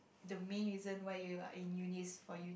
the main reason why you are in uni is for you